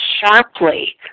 sharply